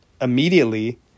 immediately